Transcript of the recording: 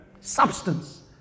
Substance